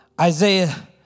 Isaiah